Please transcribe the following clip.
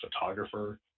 photographer